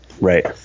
Right